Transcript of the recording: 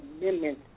Amendment